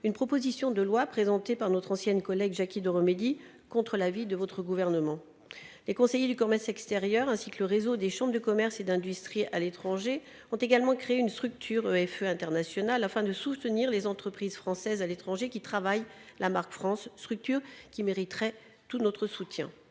une proposition de loi présentée par notre ancienne collègue Jacky Deromedi. Les conseillers du commerce extérieur, ainsi que le réseau des chambres de commerce et d'industrie à l'étranger ont également créé une structure, EFE International, afin de soutenir les entreprises françaises à l'étranger qui travaillent la marque France. Cette structure mériterait tout notre soutien.